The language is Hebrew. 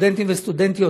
לסטודנטים ולסטודנטיות,